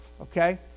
Okay